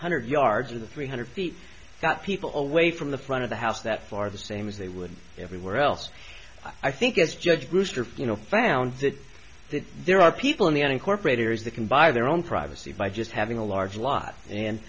hundred yards in the three hundred feet got people away from the front of the house that far the same as they would everywhere else i think it's judge brewster for you know found that there are people in the unincorporated areas that can buy their own privacy by just having a large lot and